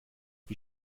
wie